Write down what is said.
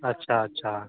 अच्छा अच्छा